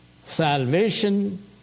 Salvation